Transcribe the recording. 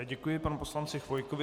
Děkuji panu poslanci Chvojkovi.